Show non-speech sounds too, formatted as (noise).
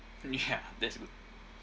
(laughs) ya that's good